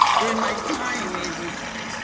during my time it was